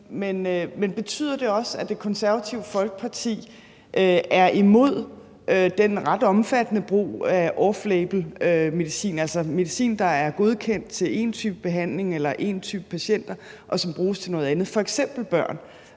Men betyder det også, at Det Konservative Folkeparti er imod den ret omfattende brug af off label-medicin, altså medicin, der er godkendt tilén type behandling eller én type patienter, men som bruges til nogle andre, f.eks. børn?